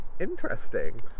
interesting